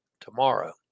tomorrow